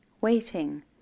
waiting